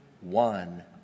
one